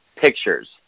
pictures